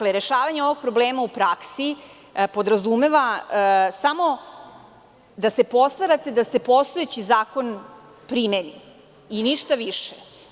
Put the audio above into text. Rešavanje ovog problema u praksi podrazumeva samo da se postarate da se postojeći zakon primeni i ništa više.